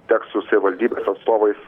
teks su savivaldybės atstovais